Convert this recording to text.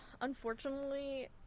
unfortunately